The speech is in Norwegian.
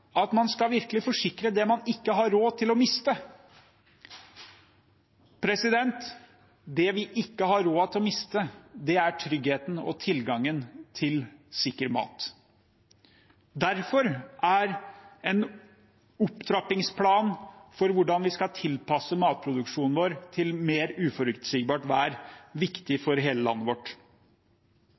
at man skal forsikre det man ikke har råd til å miste. Det vi ikke har råd til å miste, er tryggheten for og tilgangen til sikker mat. Derfor er en opptrappingsplan for hvordan vi skal tilpasse matproduksjonen vår til mer uforutsigbart vær, viktig for hele landet vårt.